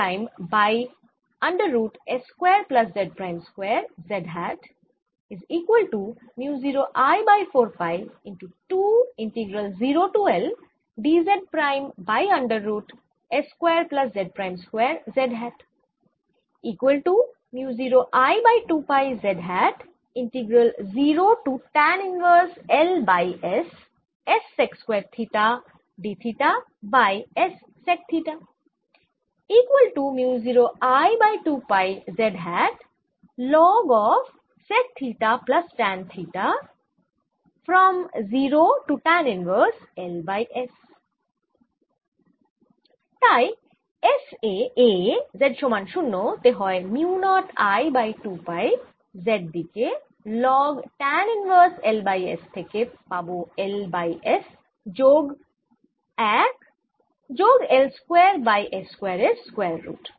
তাই S এ A Z সমান 0 তে হয় mu not I by 2 pi Z দিকে log tan inverse L by S থেকে পাবো L বাই S যোগ 1 যোগ L square by S square এর স্কয়ার রুট